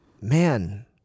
man